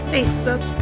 Facebook